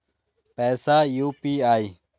पैसा यू.पी.आई?